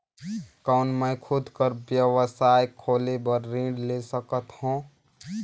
कौन मैं खुद कर व्यवसाय खोले बर ऋण ले सकत हो?